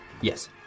Yes